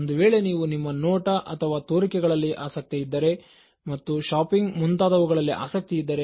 ಒಂದು ವೇಳೆ ನೀವು ನಿಮ್ಮ ನೋಟ ಅಥವಾ ತೋರಿಕೆ ಗಳಲ್ಲಿ ಆಸಕ್ತಿ ಇದ್ದರೆ ಮತ್ತು ಶಾಪಿಂಗ್ ಮುಂತಾದವುಗಳಲ್ಲಿ ಆಸಕ್ತಿ ಇದ್ದರೆ